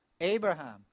Abraham